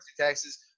taxes